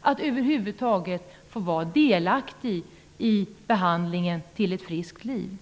att över huvud taget få vara delaktig i behandlingen till ett friskt liv.